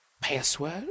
Password